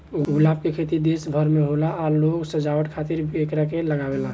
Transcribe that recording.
गुलाब के खेती देश भर में होला आ लोग सजावट खातिर भी एकरा के लागावेले